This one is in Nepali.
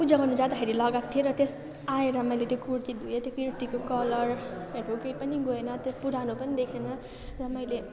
पूजा गर्नु जाँदाखेरि लगाएको थिएँ र त्यस आएर मैले त्यो कुर्ती धोएँ त्यो कुर्तीको कलरहरू केही पनि गएन त्यो पुरानो पनि देखिएन र मैले